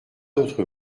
d’autre